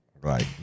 Right